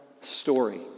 story